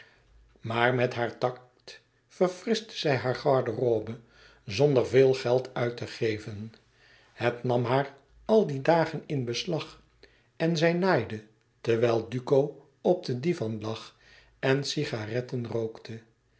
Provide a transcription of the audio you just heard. maar met haar tact verfrischte zij haar garderobe zonder veel geld uit te geven het nam haar al die dagen in beslag en zij naaide terwijl duco op den divan lag en cigaretten rookte